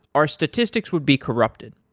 our statistics would be corrupted.